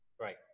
Right